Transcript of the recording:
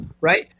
right